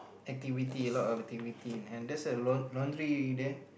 activity a lot of activity and there's a laun~ laundry there